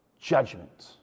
judgment